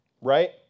right